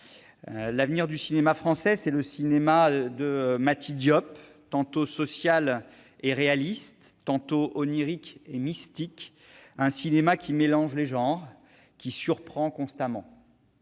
L'avenir du cinéma français, c'est le cinéma de Mati Diop, tantôt social et réaliste, tantôt onirique et mystique, un cinéma qui mélange les genres et surprend constamment